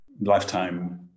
lifetime